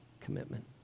commitment